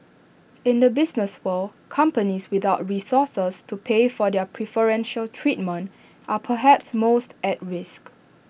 in the business world companies without resources to pay for their preferential treatment are perhaps most at risk